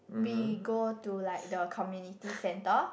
we go to like the community centre